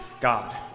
God